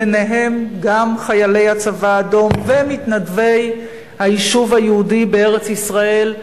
ביניהם גם חיילי הצבא האדום ומתנדבי היישוב היהודי בארץ-ישראל,